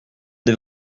des